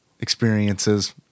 experiences